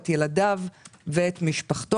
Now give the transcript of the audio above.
את ילדיו ואת משפחתו.